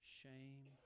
shame